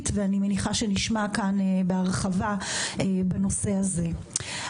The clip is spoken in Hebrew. ואני מניחה שנשמע כאן בהרחבה על הנושא הזה.